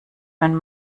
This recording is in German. wenn